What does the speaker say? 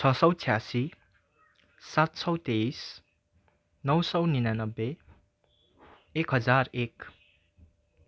छ सय छ्यासी सात सय तेइस नौ सय निनानब्बे एक हजार एक